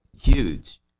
huge